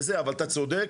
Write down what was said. אבל אתה צודק,